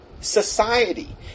society